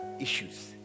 issues